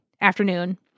afternoon